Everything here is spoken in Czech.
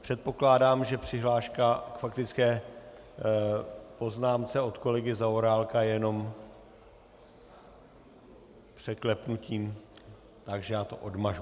Předpokládám, že přihláška k faktické poznámce od kolegy Zaorálka je jenom překlepnutím, takže to odmažu.